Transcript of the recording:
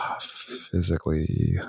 physically